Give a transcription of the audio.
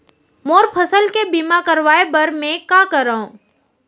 मोर फसल के बीमा करवाये बर में का करंव?